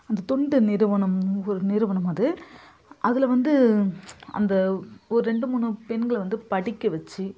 அந்த தொண்டு நிறுவனம் ஒரு நிறுவனம் அது அதில் வந்து அந்த ஒரு ரெண்டு மூணு பெண்களை வந்து படிக்க வச்சு